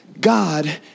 God